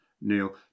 Neil